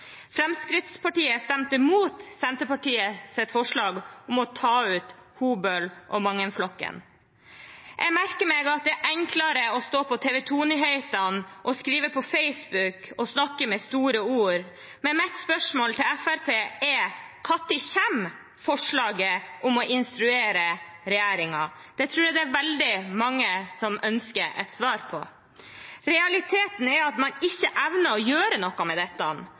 Fremskrittspartiet stemte imot Senterpartiets forslag om å ta ut Hobøl- og Mangen-flokken. Jeg merker meg at det er enklere å stå på TV 2-nyhetene og skrive på Facebook og snakke med store ord, men mitt spørsmål til Fremskrittspartiet er: Når kommer forslaget om å instruere regjeringen? Det tror jeg det er veldig mange som ønsker et svar på. Realiteten er at man ikke evner å gjøre noe med dette.